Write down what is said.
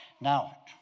Now